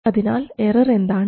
അതിനാൽ എറർ എന്താണ്